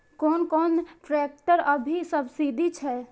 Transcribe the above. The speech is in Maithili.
कोन कोन ट्रेक्टर अभी सब्सीडी छै?